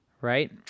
right